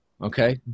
okay